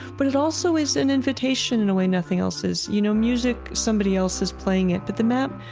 but it also is an invitation in a way nothing else is, you know? music, somebody else is playing it, but the map,